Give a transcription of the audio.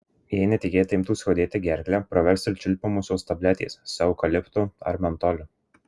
jei netikėtai imtų skaudėti gerklę pravers ir čiulpiamosios tabletės su eukaliptu ar mentoliu